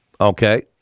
Okay